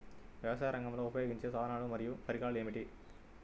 వ్యవసాయరంగంలో ఉపయోగించే సాధనాలు మరియు పరికరాలు ఏమిటీ?